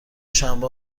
شنبه